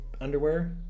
underwear